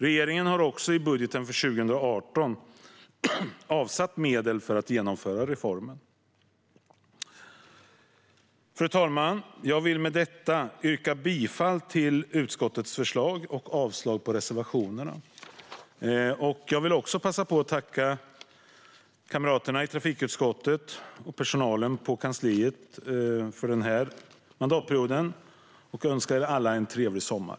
Regeringen har också i budgeten för 2018 avsatt medel för att genomföra reformen. Fru talman! Jag vill med detta yrka bifall till utskottets förslag och avslag på reservationerna. Jag vill också passa på att tacka kamraterna i trafikutskottet och personalen på kansliet för den här mandatperioden och önska er alla en trevlig sommar.